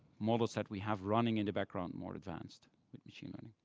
models that we have running in the background more advanced with machine learning.